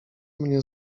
mnie